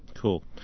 Cool